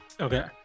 Okay